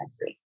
country